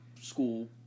school